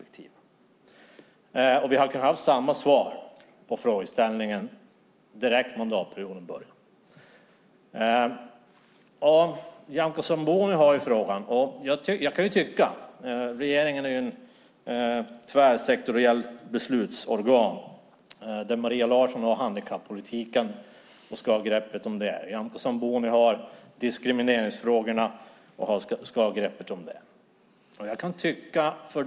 Och vi hade kunnat ha samma svar på frågeställningen direkt när mandatperioden började. Nyamko Sabuni har ansvaret för frågan. Regeringen är ju ett tvärsektoriellt beslutsorgan. Maria Larsson har ansvaret för handikappolitiken och ska ha greppet om den. Nyamko Sabuni har ansvaret för diskrimineringsfrågorna och ska ha greppet om dem.